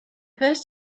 first